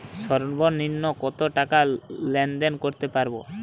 সর্বনিম্ন কত টাকা লেনদেন করতে পারবো?